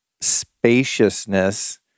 spaciousness